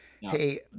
Hey